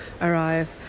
arrive